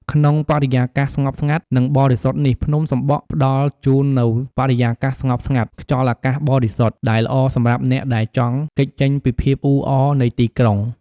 ក្នុងបរិយាកាសស្ងប់ស្ងាត់ និងបរិសុទ្ធនេះភ្នំសំបក់ផ្តល់ជូននូវបរិយាកាសស្ងប់ស្ងាត់ ខ្យល់អាកាសបរិសុទ្ធ ដែលល្អសម្រាប់អ្នកដែលចង់គេចចេញពីភាពអ៊ូអរនៃទីក្រុង ។